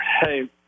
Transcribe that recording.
Hey